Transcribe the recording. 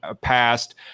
passed